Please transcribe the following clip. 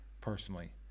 personally